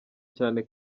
cyane